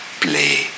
play